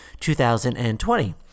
2020